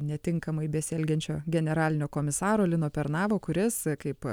netinkamai besielgiančio generalinio komisaro lino pernavo kuris kaip